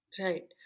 Right